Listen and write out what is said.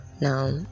now